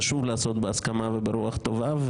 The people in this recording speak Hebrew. חשוב לעשות בהסכמה וברוח טובה.